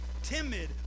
timid